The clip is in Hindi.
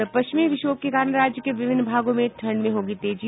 और पश्चिमी विक्षोभ के कारण राज्य के विभिन्न भागों में ठंड में होगी तेजी